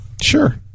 Sure